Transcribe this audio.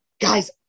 guys